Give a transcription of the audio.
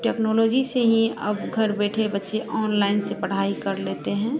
technology से ही अब घर बैठे बच्चे ऑनलाइन से पढ़ाई कर लेते हैं